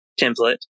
template